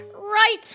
right